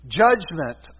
judgment